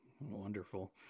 wonderful